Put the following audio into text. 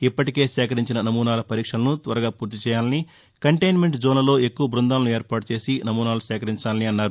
ఇప్పటికే సేకరించిన నమూనాల పరీక్షలను త్వరగా పూర్తి చేయాలని కంటెన్నెంట్ జోన్లలో ఎక్కువ బృందాలను ఏర్పాటు చేసి నమూనాలు సేకరించాలని అన్నారు